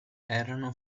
erano